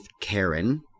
Karen